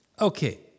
Okay